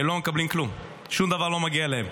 הם לא מקבלים כלום, שום דבר לא מגיע אליהם.